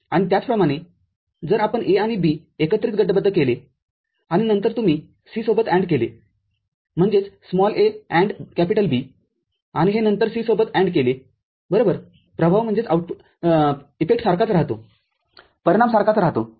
आणि त्याचप्रमाणेजर आपण A आणि B एकत्रित गटबद्ध केले आणि नंतर तुम्ही C सोबत AND केलेम्हणजे a AND B आणि हे नंतर C सोबत ANDकेले बरोबर प्रभाव सारखाच राहतो परिणाम सारखाच राहतो